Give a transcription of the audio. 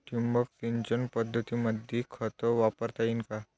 ठिबक सिंचन पद्धतीमंदी खत वापरता येईन का?